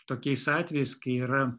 tokiais atvejais kai yra